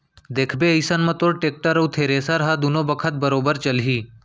देखबे अइसन म तोर टेक्टर अउ थेरेसर ह दुनों बखत बरोबर चलही